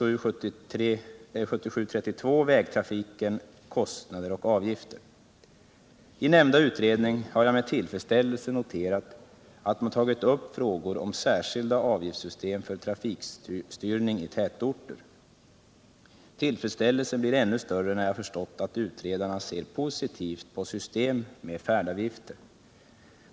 Jag har med tillfredsställelse noterat att man i nämnda utredning tagit upp frågor om särskilda avgiftssystem för trafikstyrning i tätorter. Tillfredsställelsen blir ännu större när jag förstått att utredarna ser positivt på system med färdavgifter.